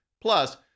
Plus